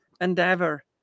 endeavor